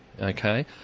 okay